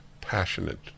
passionate